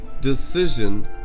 decision